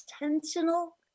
intentional